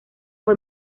fue